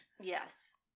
Yes